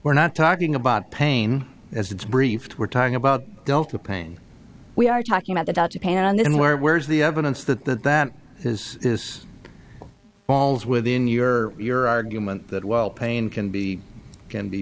we're not talking about pain as it's briefed we're talking about delta pain we are talking about about japan then where where's the evidence that that that is this falls within your your argument that well pain can be can be